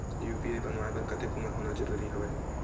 UPI बनवाय बर कतेक उमर होना जरूरी हवय?